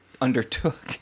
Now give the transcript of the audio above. undertook